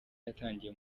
yatangiye